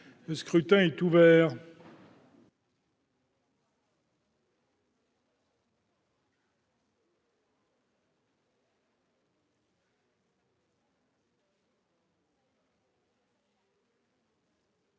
Le scrutin est ouvert.